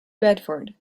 bedford